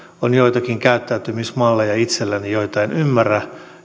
on joitakin käyttäytymismalleja itselläni joita en ymmärrä